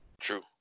True